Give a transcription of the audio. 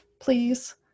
Please